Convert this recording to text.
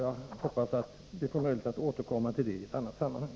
Jag hoppas att vi får möjlighet att återkomma till detta i ett annat sammanhang.